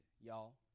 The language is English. y'all